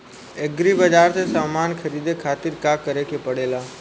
Agri बाज़ार से समान ख़रीदे खातिर का करे के पड़ेला?